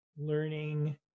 learning